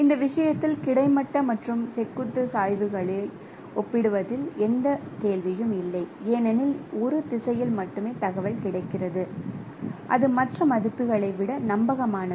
இந்த விஷயத்தில் கிடைமட்ட மற்றும் செங்குத்து சாய்வுகளை ஒப்பிடுவதில் எந்த கேள்வியும் இல்லை ஏனெனில் ஒரு திசையில் மட்டுமே தகவல் கிடைக்கிறது அது மற்ற மதிப்புகளை விட நம்பகமானது